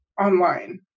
online